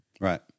Right